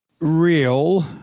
Real